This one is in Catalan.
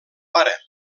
pare